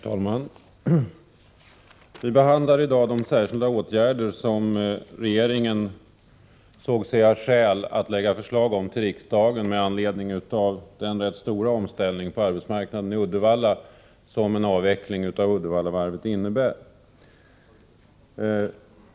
Herr talman! Vi behandlar i dag de särskilda åtgärder som regeringen ansåg sig ha skäl att föreslå riksdagen med anledning av den rätt stora omställning på arbetsmarknaden i Uddevalla som en avveckling av Uddevallavarvet innebär.